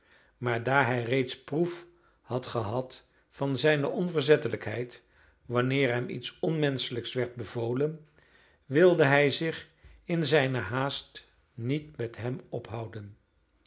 maar daar hij reeds proef had gehad van zijne onverzettelijkheid wanneer hem iets onmenschelijks werd bevolen wilde hij zich in zijne haast niet met hem ophouden